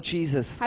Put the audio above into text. Jesus